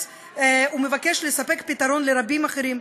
הוא מבקש לספק פתרון לרבים אחרים,